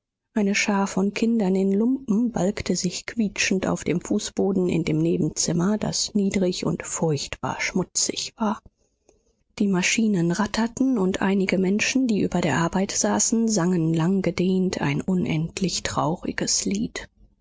eine schar von kindern in lumpen balgte sich quietschend auf dem fußboden in dem nebenzimmer das niedrig und furchtbar schmutzig war die maschinen ratterten und einige menschen die über der arbeit saßen sangen langgedehnt ein unendlich trauriges lied